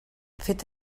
fet